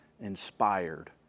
inspired